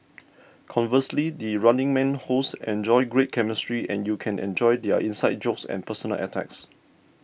conversely the Running Man hosts enjoy great chemistry and you can enjoy their inside jokes and personal attacks